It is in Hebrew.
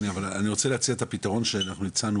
אבל אני רוצה להציע את הפתרון שאנחנו הצענו